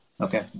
Okay